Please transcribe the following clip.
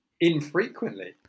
infrequently